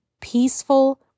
Peaceful